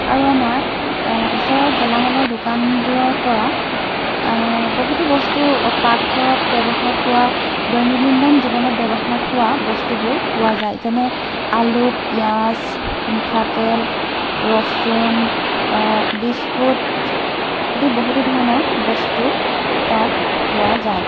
আৰু আমাৰ ওচৰৰ গেলামালৰ দোকানবোৰৰ পৰা বহুতো বস্তু পাকঘৰত ব্য়ৱহাৰ হোৱা দৈনিনিন্দন জীৱনত ব্য়ৱহাৰ হোৱা বস্তুবোৰ পোৱা যায় যেনে আলু পিঁয়াজ মিঠাতেল ৰচুন বিস্কুট আদি বহুতো ধৰণৰ বস্তু তাত পোৱা যায়